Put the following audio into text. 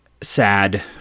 sad